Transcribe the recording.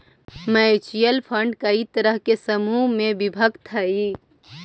mutual fund कई तरह के समूह में विभक्त हई